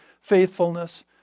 faithfulness